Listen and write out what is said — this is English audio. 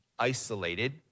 isolated